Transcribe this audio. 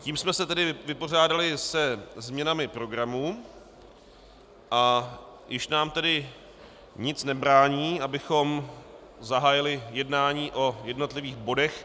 Tím jsme se tedy vypořádali se změnami programu a již nám nic nebrání, abychom zahájili jednání o jednotlivých bodech.